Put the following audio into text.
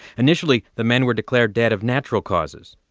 initially, the men were declared dead of natural causes.